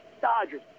Dodgers